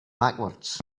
backwards